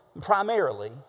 primarily